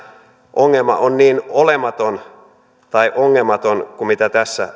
ongelma on niin olematon tai ongelmaton kuin mitä tässä